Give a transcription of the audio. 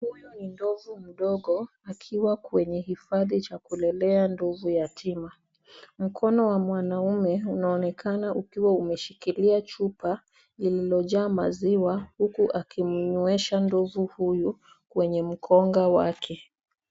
Huyu ni ndovu mdogo akiwa kwenye hifadhi cha kulelea ndovu yatima. Mkono wa mwanaume unaonekana ukiwa umeshikilia chupa lililojaa maziwa; huku akimnywesha ndovu huyu kwenye mkonga wake.